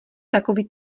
takový